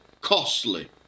costly